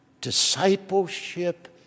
Discipleship